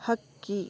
ಹಕ್ಕಿ